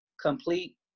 Complete